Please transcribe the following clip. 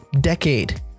decade